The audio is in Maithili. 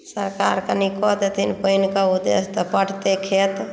सरकार कनि कऽ देथिन पानिके उद्देश्य तऽ पटतै खेत